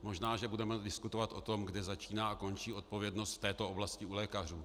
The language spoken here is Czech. Možná že budeme diskutovat o tom, kde začíná a končí odpovědnost v této oblasti u lékařů.